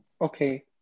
Okay